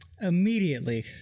immediately